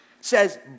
says